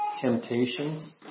temptations